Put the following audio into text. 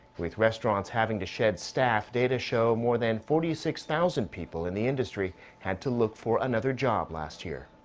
with restaurants having to shed staff. data show more than forty six thousand people in the industry had to look for another job last year.